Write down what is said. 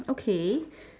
okay